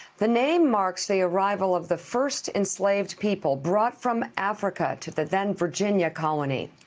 the name marks the arrival of the first enslaved people brought from africa to the then-virginia colony.